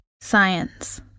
science